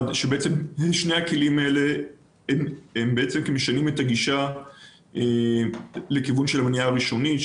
שני הכלים האלה בעצם משנים את הגישה והולכים לכיוון של מניעה ראשונית,